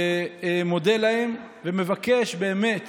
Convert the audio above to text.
מודה להם ומבקש באמת